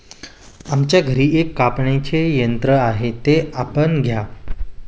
आमच्या घरी एक कापणीचे यंत्र आहे ते आपण घ्या